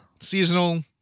seasonal